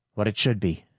what it should be.